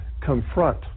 confront